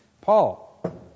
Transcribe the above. Paul